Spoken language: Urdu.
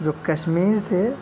جو کشمیر سے